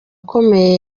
akomeye